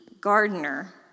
gardener